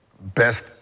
best